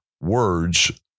words